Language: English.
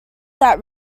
that